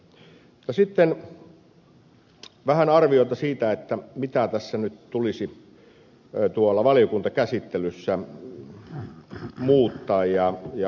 mutta sitten vähän arvioita siitä mitä tässä nyt tulisi tuolla valiokuntakäsittelyssä muuttaa ja parantaa